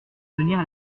soutenir